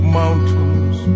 mountains